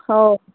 हो